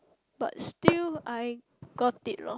but still I got it lor